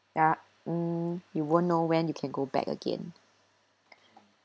ya mm you won't know when you can go back again